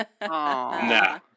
Nah